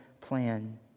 plan